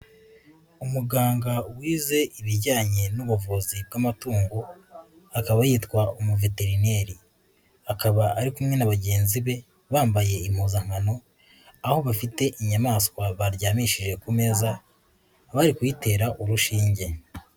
Umuganga wize ibijyanye n'ubuvuzi bw'amatungo, akaba yitwa umuveterineri, akaba ari kumwe na bagenzi be bambaye impuzankano, aho bafite inyamaswa baryamishije ku meza, bari kuyitera urushinge.